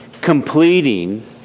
completing